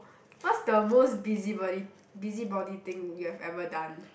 what's the most busybody busybody thing you have ever done